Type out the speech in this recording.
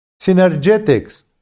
Synergetics